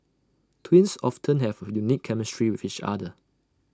twins often have A unique chemistry with each other